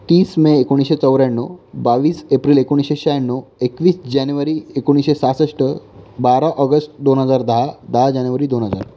तीस मे एकोणीसशे चौऱ्याण्णव बावीस एप्रिल एकोणीसशे शहाण्णव एकवीस जानेवारी एकोणीसशे सहासष्ट बारा ऑगस्ट दोन हजार दहा दहा जानेवारी दोन हजार